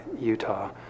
Utah